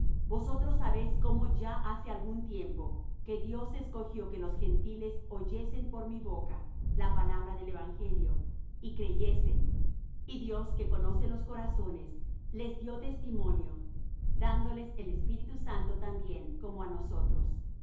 vosotros sabéis cómo ya hace algún tiempo que dios escogió que los gentiles oyesen por mi boca la palabra del evangelio y creyesen y dios que conoce los corazones les dió testimonio dándoles el espíritu santo también como á nosotros